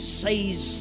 says